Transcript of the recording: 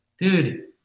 dude